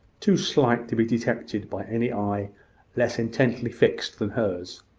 too slight to be detected by any eye less intently fixed than hers.